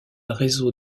réseau